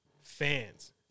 fans